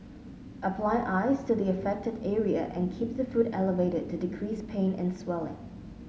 apply ice to the affected area and keep the foot elevated to decrease pain and swelling